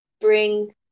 bring